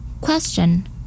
Question